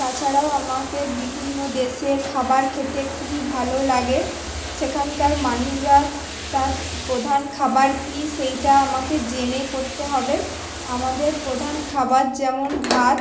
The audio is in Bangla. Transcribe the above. তাছাড়াও আমাকে বিভিন্ন দেশের খাবার খেতে খুবই ভালো লাগে সেখানকার মানুষরা তার প্রধান খাবার কী সেইটা আমাকে জেনে করতে হবে আমাদের প্রধান খাবার যেমন ভাত